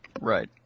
Right